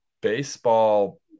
baseball